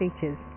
features